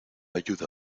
ayuda